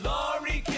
Laurie